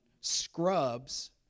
scrubs